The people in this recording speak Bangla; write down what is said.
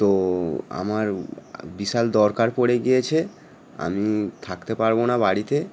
তো আমার বিশাল দরকার পড়ে গিয়েছে আমি থাকতে পারব না বাড়িতে